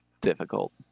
difficult